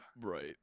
right